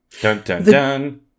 Dun-dun-dun